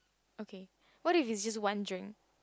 okay what if is just one drink